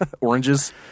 Oranges